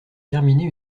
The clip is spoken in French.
terminé